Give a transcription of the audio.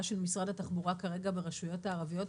של משרד התחבורה כרגע ברשויות הערביות,